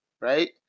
right